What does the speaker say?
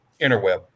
interweb